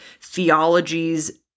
theologies